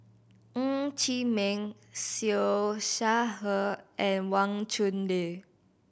Ng Chee Meng Siew Shaw Her and Wang Chunde